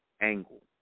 angle